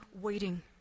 waiting